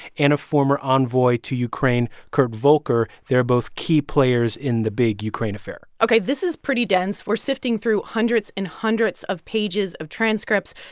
and a former envoy to ukraine, kurt volker. they're both key players in the big ukraine affair ok, this is pretty dense. we're sifting through hundreds and hundreds of pages of transcripts.